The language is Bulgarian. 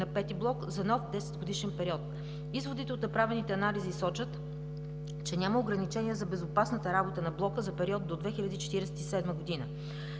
на V блок за нов 10-годишен период. Изводите от направените анализи сочат, че няма ограничения за безопасната работа на блока за период до 2047 г.